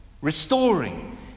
restoring